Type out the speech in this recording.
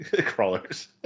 crawlers